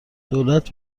دولت